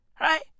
Right